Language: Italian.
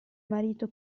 marito